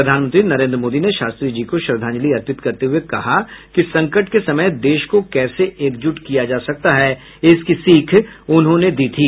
प्रधानमंत्री नरेन्द्र मोदी ने शास्त्री जी को श्रद्धांजलि अर्पित करते हुए कहा कि संकट के समय देश को कैसे एकजुट किया जा सकता है इसकी सीख उन्होंने दी थी